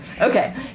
okay